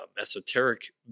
esoteric